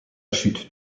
chute